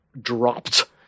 dropped